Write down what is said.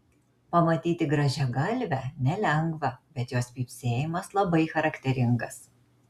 pamatyti grąžiagalvę nelengva bet jos pypsėjimas labai charakteringas